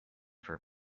for